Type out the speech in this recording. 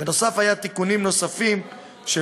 בנוסף, היו תיקונים נוספים של